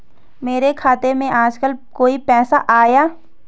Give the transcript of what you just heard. मेरे खाते में आजकल कोई पैसा आया?